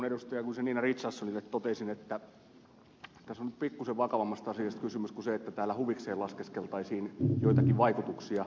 guzenina richardsonille toteaisin että tässä on nyt pikkuisen vakavammasta asiasta kyse kuin siitä että täällä huvikseen laskeskeltaisiin joitakin vaikutuksia